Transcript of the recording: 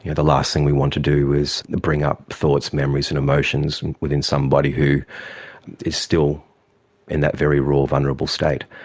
yeah the last thing we want to do is bring up thoughts, memories and emotions within somebody who is still in that very raw, vulnerable state.